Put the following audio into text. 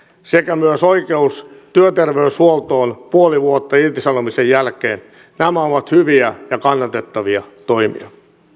sekä myös oikeus työterveyshuoltoon puoli vuotta irtisanomisen jälkeen nämä ovat hyviä ja kannatettavia toimia